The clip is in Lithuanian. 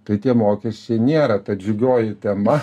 tai tie mokesčiai nėra ta džiugioji tema